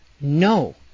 No